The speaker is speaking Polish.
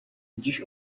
dziś